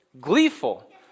gleeful